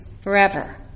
forever